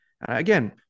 again